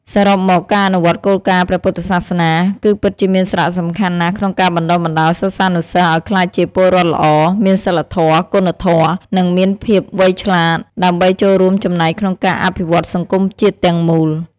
សរុបមក ការអនុវត្តគោលការណ៍ព្រះពុទ្ធសាសនា គឺពិតជាមានសារៈសំខាន់ណាស់ក្នុងការបណ្ដុះបណ្ដាលសិស្សានុសិស្សឲ្យក្លាយជាពលរដ្ឋល្អ មានសីលធម៌ គុណធម៌ និងមានភាពវៃឆ្លាត ដើម្បីចូលរួមចំណែកក្នុងការអភិវឌ្ឍសង្គមជាតិទាំងមូល។